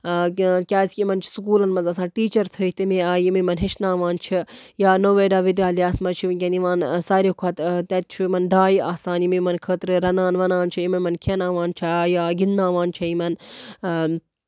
کہِ کیازِ کہِ یِمن چھُ سکوٗلَن منٛز آسان ٹیٖچر تھٔیِتھ تَمہِ آیہِ یِم یِمن ہٮ۪چھناوان چھِ یا نوویڑا وِدیالا ہَس منٛز چھِ ونکیٚن یِوان ساروے کھۄتہٕ تَتہِ چھُ یِمن دایہِ آسان یِم یِمن خٲطرٕ رَنان وَنان چھِ یِم یِمن کھٮ۪وناوان چھِ یا گِنٛداوان چھےٚ یِمن